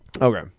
Okay